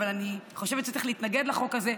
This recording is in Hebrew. אבל אני חושבת שצריך להתנגד לחוק הזה.